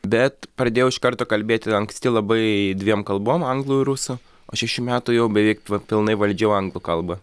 bet pradėjau iš karto kalbėti anksti labai dviem kalbom anglų ir rusų o šešių metų jau beveik pilnai valdžiau anglų kalbą